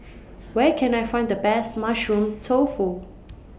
Where Can I Find The Best Mushroom Tofu